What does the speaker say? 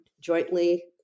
jointly